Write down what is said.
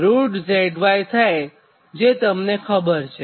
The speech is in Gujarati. Z અને Y તમને ખબર છે